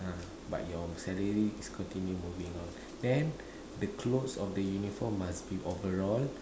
ah but your salary is continue moving on then the clothes of the uniform must be overall